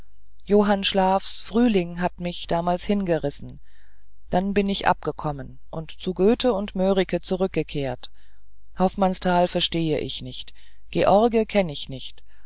johann schlaf's frühling hat mich damals hingerissen dann bin ich abgekommen und zu goethe und mörike zurückgekehrt hoffmannsthal verstehe ich nicht george kenn ich nicht